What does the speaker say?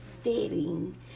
fitting